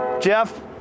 Jeff